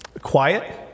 quiet